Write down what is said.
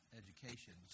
education